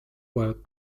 were